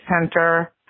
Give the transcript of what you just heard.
Center